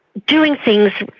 doing things,